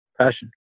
passion